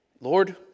Lord